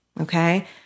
okay